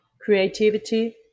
creativity